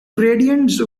gradients